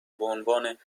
بعنوان